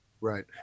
Right